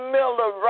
Miller